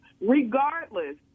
Regardless